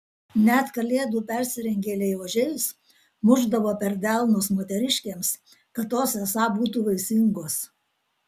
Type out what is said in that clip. net kalėdų persirengėliai ožiais mušdavo per delnus moteriškėms kad tos esą būtų vaisingos